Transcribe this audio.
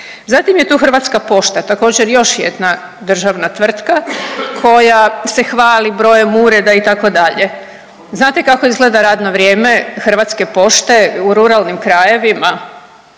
Zatim je tu Hrvatska pošta, također, još jedna državna tvrtka koja se hvali brojem ureda, itd. Znate kako izgleda radno vrijeme Hrvatske pošte u ruralnim krajevima?